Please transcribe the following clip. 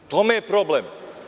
U tome je problem.